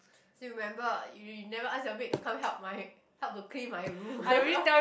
still remember you you never ask your maid to come help my help to clean my room